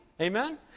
Amen